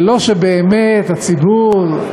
זה לא שבאמת הציבור,